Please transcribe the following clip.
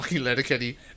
Letterkenny